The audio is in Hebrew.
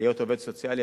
להיות עובד סוציאלי,